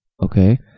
okay